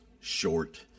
short